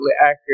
accurate